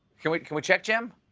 can we can we check, jim?